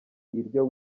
iryo